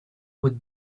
would